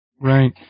Right